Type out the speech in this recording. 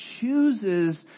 chooses